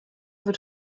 wird